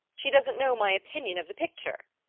she doesn't know my opinion of the picture.